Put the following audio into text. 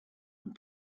and